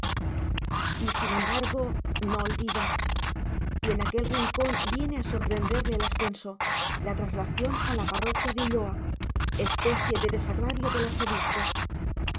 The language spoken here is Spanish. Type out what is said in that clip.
y sin embargo no olvida y en aquel rincón viene a sorprenderle el ascenso la traslación a la parroquia de ulloa especie de desagravio del arzobispo la